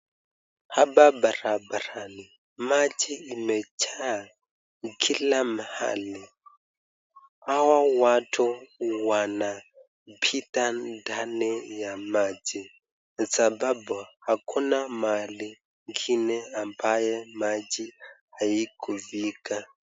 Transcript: Hapa barabarani maji imejaa kila mahali. Hawa watu wanapita ndani ya maji sababu hakuna mahali ingine ambaye maji haikufika.